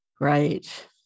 Right